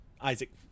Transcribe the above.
Isaac